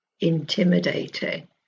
intimidating